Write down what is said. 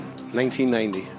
1990